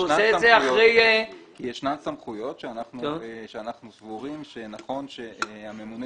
יש סמכויות שאנחנו סבורים שנכון שהממונה,